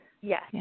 Yes